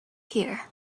here